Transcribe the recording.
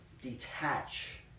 detach